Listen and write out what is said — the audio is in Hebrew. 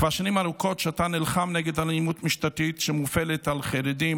כבר שנים ארוכות שאתה נלחם נגד אלימות משטרתית שמופעלת על חרדים,